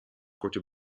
korte